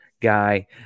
Guy